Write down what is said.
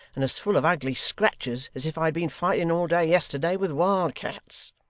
and as full of ugly scratches as if i had been fighting all day yesterday with wild cats